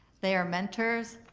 they are mentors,